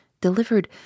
delivered